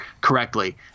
correctly